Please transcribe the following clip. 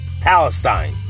Palestine